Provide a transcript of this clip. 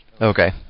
Okay